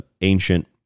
ancient